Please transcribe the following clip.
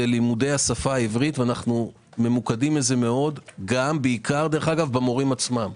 לימודי השפה העברית ואנו ממוקדים לזה מאוד גם בעיקר במורים עצמם.